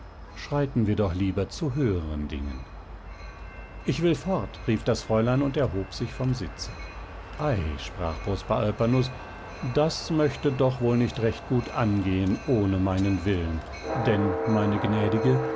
schreiten wir doch lieber zu höheren dingen ich will fort rief das fräulein und erhob sich vom sitze ei sprach prosper alpanus das möchte doch wohl nicht recht gut angehen ohne meinen willen denn meine gnädige